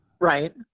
right